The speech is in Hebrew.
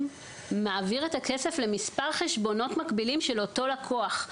מעביר את הכסף למספר חשבונות מקבילים של אותו לקוח.